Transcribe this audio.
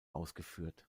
ausgeführt